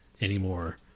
anymore